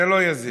זה לא יזיק.